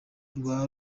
rwa